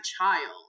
child